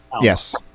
Yes